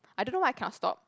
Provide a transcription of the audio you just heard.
I don't know why I cannot stop